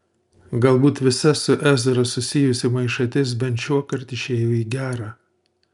galbūt visa su ezra susijusi maišatis bent šiuokart išėjo į gera